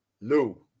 Lou